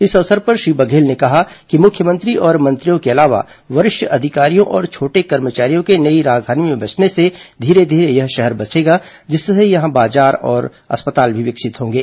इस अवसर पर श्री बघेल ने कहा कि मुख्यमंत्री और मंत्रियों के अलावा वरिष्ठ अधिकारियों और छोटे कर्मचारियों के नई राजधानी में बसने से धीरे धीरे यह शहर बसेगा जिससे यहां बाजार और अस्पताल भी विकसित होंगे